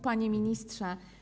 Panie Ministrze!